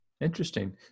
Interesting